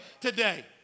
today